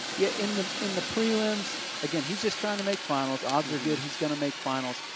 yeah in the in the prelims again, he's just trying to make finals. odds aregood he's going to make finals.